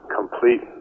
complete